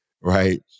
right